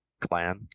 clan